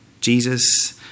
Jesus